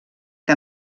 que